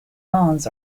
lawns